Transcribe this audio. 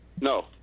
No